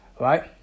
right